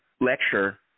lecture